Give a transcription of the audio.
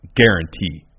guarantee